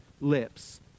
lips